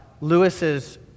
Lewis's